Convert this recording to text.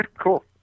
cool